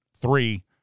three